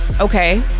okay